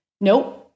nope